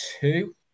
two